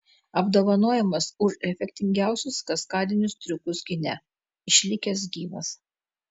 apdovanojimas už efektingiausius kaskadinius triukus kine išlikęs gyvas